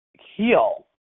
heal